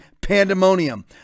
pandemonium